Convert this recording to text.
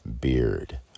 beard